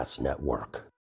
network